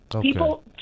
people